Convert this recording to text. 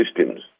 systems